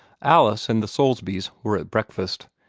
alice and the soulsbys were at breakfast.